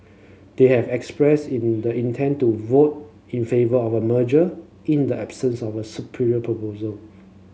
they have expressed in the intent to vote in favour of merger in the absence of a superior proposal